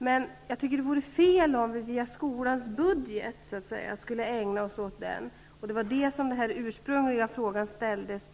Men jag tycker att det vore fel om man skulle ägna sig åt det via skolans budget så att säga. Det var mot den bakgrunden som den ursprungliga frågan ställdes.